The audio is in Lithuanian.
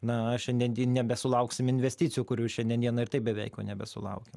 na šiandien nebesulauksim investicijų kurių šiandien dienai ir taip beveik nebesulaukiam